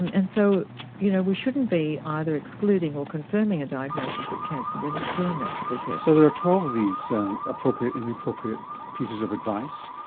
and and so you know we shouldn't be either excluding or confirming a diagnosis of cancer without doing that triple test. so there are twelve of these appropriate and inappropriate pieces of advice.